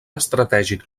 estratègic